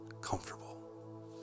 comfortable